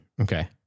Okay